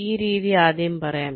ഈ രീതി ആദ്യം പറയാം